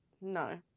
No